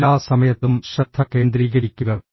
എല്ലാ സമയത്തും ശ്രദ്ധ കേന്ദ്രീകരിക്കുക